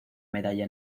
medalla